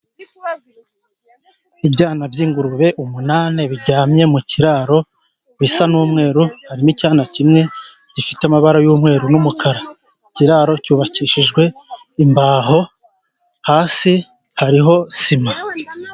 Ibyana by'ingurube umunani, biryamye mu kiraro, bisa n'umweru, harimo icyana kimwe gifite amabara y'umweru n'umukara. Ikiraro cyubakishijwe imbaho, hasi hariho sima.